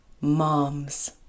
moms